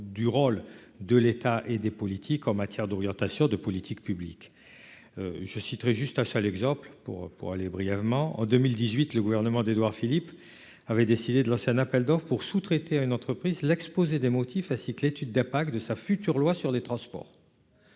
du rôle de l'État et des politiques en matière d'orientation de politique publique, je citerai juste un seul l'exemple pour pour aller brièvement en 2018 le gouvernement d'Édouard Philippe, avait décidé de lancer un appel d'offres pour sous-traiter à une entreprise, l'exposé des motifs à l'étude d'impact de sa future loi sur les transports.